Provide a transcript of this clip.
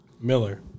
Miller